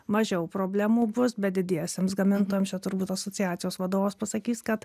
mažiau problemų bus bet didiesiems gamintojams turbūt asociacijos vadovas pasakys kad